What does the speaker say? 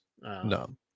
No